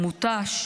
מותש,